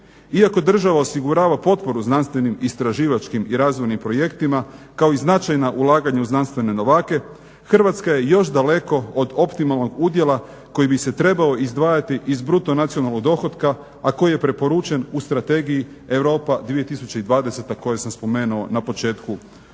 Iako država osigurava potporu znanstvenim, istraživačkim i razvojnim projektima, kao i značajna ulaganja u znanstvene novake Hrvatska je još daleko od optimalnog udjela koji bi se trebao izdvajati iz bruto nacionalnog dohotka, a koji je preporučen u Strategija Europa 2020. koju sam spomenuo na početku